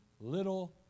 little